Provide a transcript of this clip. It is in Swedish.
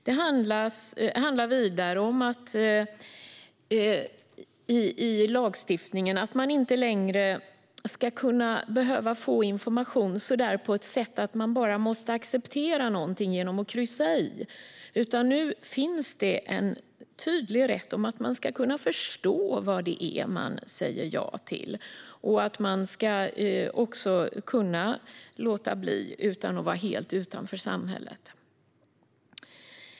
I lagstiftningen handlar det vidare om att man inte längre ska behöva få information på ett sådant sätt att man bara måste acceptera något genom att kryssa i. Nu finns det en tydlig rätt att man ska kunna förstå vad det är man säger ja till och att man ska kunna låta bli utan att vara helt utanför samhället.